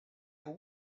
for